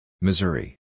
Missouri